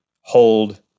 hold